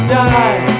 die